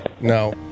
No